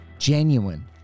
Genuine